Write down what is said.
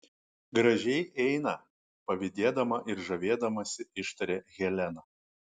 gražiai eina pavydėdama ir žavėdamasi ištarė helena